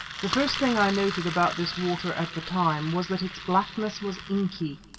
the first thing i noted about this water at the time was that its blackness was inky,